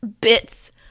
Bits